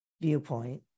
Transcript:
viewpoint